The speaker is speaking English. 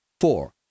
four